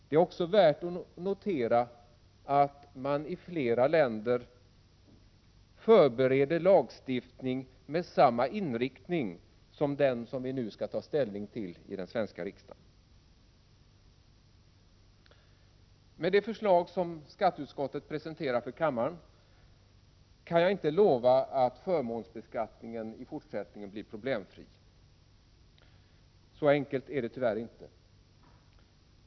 Det är också värt att notera att man i flera länder förbereder lagstiftning med samma inriktning som den vi nu skall ta ställning till i den svenska riksdagen. Med det förslag som skatteutskottet presenterar för kammaren kan jag inte lova att förmånsbeskattningen i fortsättningen blir problemfri. Så enkelt är det tyvärr inte.